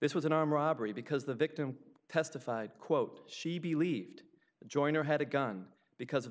this was an arm robbery because the victim testified quote she believed the joiner had a gun because of